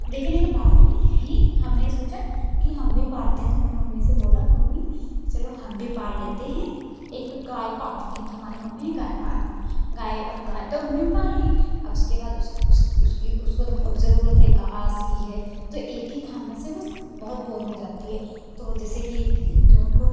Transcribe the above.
देखने के बाद में ही हमने सोचा कि हम भी पालते हैं तो हमने मम्मी से बोला कि मम्मी कि चलो हम भी पाल लेते हैं एक गाय पालते हैं तो हमारी मम्मी ने गाय पाल ली गाय अब गाय तो हमने पाल ली अब उसके बाद उस उसकी उसको तो बहुत जरूरत है घास की है तो एक ही खाना से वो बहुत बोर हो जाती है तो जैसे कि जो उनको